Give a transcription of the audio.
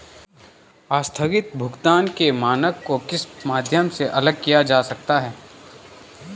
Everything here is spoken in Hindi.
आस्थगित भुगतान के मानक को किस माध्यम से अलग किया जा सकता है?